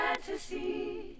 fantasy